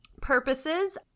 purposes